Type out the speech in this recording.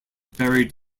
buried